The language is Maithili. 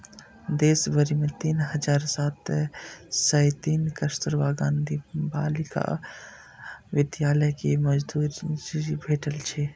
देश भरि मे तीन हजार सात सय तीन कस्तुरबा गांधी बालिका विद्यालय कें मंजूरी भेटल छै